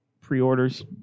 pre-orders